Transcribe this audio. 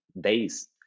days